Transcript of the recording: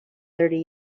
thirty